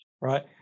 right